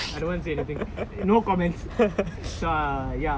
I don't want to say anything no comments so I ya